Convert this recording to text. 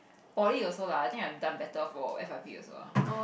Poly also lah I think I'd have done better for f_y_p also lah